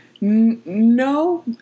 no